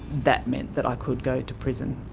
that meant that i could go to prison.